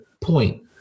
point